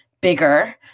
bigger